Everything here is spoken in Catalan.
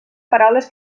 paraules